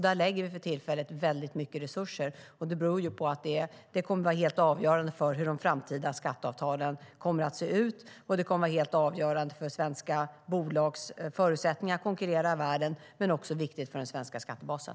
Där lägger vi för tillfället väldigt mycket resurser eftersom det är helt avgörande för hur de framtida skatteavtalen kommer att se ut och för svenska bolags förutsättningar att konkurrera i världen. Det är också viktigt för den svenska skattebasen.